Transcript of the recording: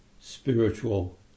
spiritual